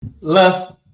left